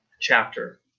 chapter